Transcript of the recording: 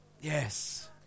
Yes